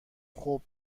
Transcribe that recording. خوب